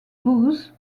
booths